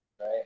right